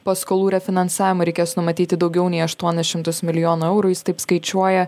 paskolų refinansavimui reikės numatyti daugiau nei aštuonis šimtus milijonų eurų jis taip skaičiuoja